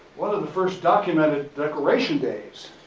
one of the first documented decoration days,